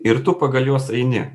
ir tu pagal juos eini